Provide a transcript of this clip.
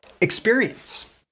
experience